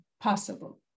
possible